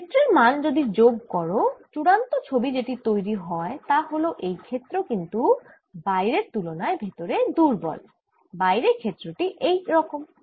এই ক্ষেত্রের মান যদি যোগ করো চুড়ান্ত ছবি যেটি তৈরি হয় তা হল এই ক্ষেত্র কিন্তু বাইরের তুলনায় ভেতরে দুর্বল বাইরের ক্ষেত্র টি এই রকম